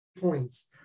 points